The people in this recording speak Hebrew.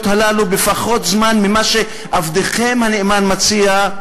הללו בפחות זמן ממה שעבדכם הנאמן מציע,